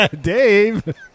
Dave